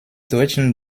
deutschen